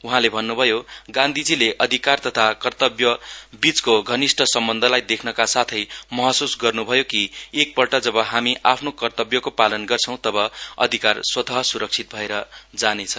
उहाँले भन्न्भयो गान्धीजीले अधिकार तथा कर्तव्यबीचको घनिष्ठ सम्बन्धलाई देख्नका साथै महसूस गर्नुभयो कि एकपल्ट जब हामी आफ्नो कर्तव्यको पालन गर्छौं तब अधिकार स्वतः स्रक्षित भएर जानेछ